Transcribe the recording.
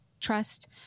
trust